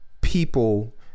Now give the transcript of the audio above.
people